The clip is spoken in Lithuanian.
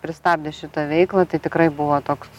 pristabdę šitą veiklą tai tikrai buvo toks